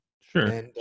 sure